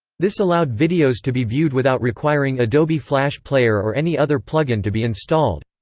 this allowed videos to be viewed without requiring adobe flash player or any other plug-in to be installed.